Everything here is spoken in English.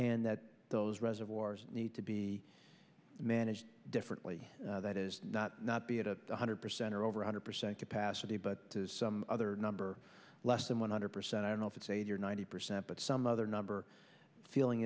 and that those reservoirs need to be managed differently that is not not be at a one hundred percent or over hundred percent capacity but some other number less than one hundred percent i don't know if it's eighty or ninety percent but some other number feeling